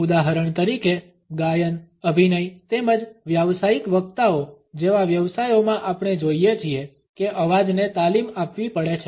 ઉદાહરણ તરીકે ગાયન અભિનય તેમજ વ્યાવસાયિક વક્તાઓ જેવા વ્યવસાયોમાં આપણે જોઇએ છીએ કે અવાજને તાલીમ આપવી પડે છે